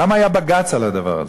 למה היה בג"ץ על הדבר הזה?